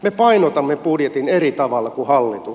me painotamme budjetin eri tavalla kuin hallitus